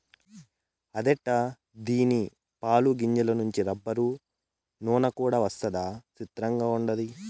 అదెట్టా దీని పాలు, గింజల నుంచి రబ్బరు, నూన కూడా వస్తదా సిత్రంగుండాది